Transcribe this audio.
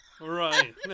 Right